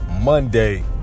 Monday